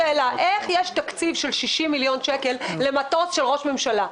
יש לי שאלה: איך יש תקציב של 60 מיליון שקל למטוס לראש הממשלה?